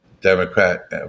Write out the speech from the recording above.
Democrat